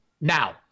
Now